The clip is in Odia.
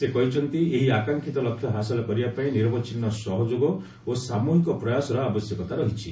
ସେ କହିଛନ୍ତି ଏହି ଆକାଂକ୍ଷିତ ଲକ୍ଷ୍ୟ ହାସଲ କରିବାପାଇଁ ନିରବଚ୍ଛିନ୍ନ ସହଯୋଗ ଓ ସାମୃହିକ ପ୍ରୟାସର ଆବଶ୍ୟକତା ରହିଛି